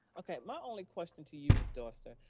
okay, my only question to you, ms. doster,